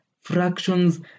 Fractions